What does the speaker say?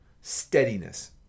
steadiness